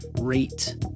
rate